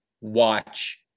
watch